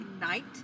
Night